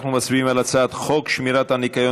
אנחנו מצביעים על הצעת חוק שמירת הניקיון